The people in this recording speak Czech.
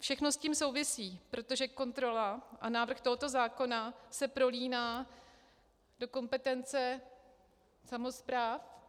Všechno s tím souvisí, protože kontrola a návrh tohoto zákona se prolíná do kompetence samospráv.